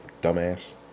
dumbass